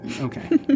Okay